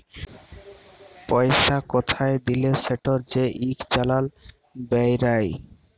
পইসা কোথায় দিলে সেটর যে ইক চালাল বেইরায়